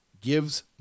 gives